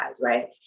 right